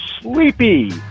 Sleepy